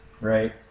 right